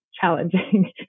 challenging